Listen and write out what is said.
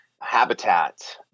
habitat